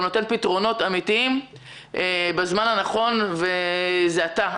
נותן פתרונות אמיתיים בזמן הנכון הוא אתה.